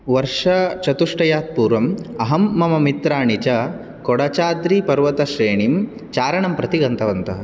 वर्षचतुष्टयात् पूर्वम् अहं मम मित्राणि च कोडचाद्रीपर्वतश्रेणीं चारणं प्रति गन्तवन्तः